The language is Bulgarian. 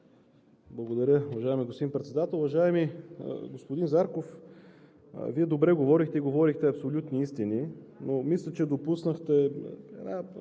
Благодаря. Уважаеми господин Председател! Уважаеми господин Зарков, Вие добре говорихте и говорихте абсолютни истини. Мисля, че допуснахте